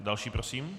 Další prosím.